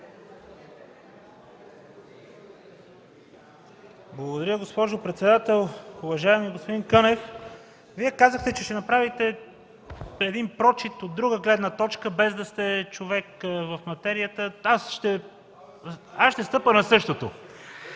Благодаря, госпожо председател. Уважаеми господин Кънев, Вие казахте, че ще направите прочит от друга гледна точка, без да сте човек в материята. (Оживление, реплики от